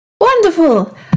Wonderful